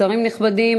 שרים נכבדים,